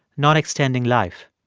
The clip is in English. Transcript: not extending life.